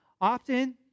Often